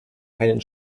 keinen